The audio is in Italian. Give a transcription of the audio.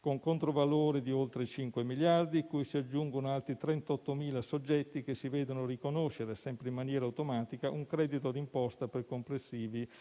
con un controvalore di oltre 5 miliardi, cui si aggiungono altri 38.000 soggetti che si vedono riconoscere, sempre in maniera automatica, un credito d'imposta per complessivi 166 milioni.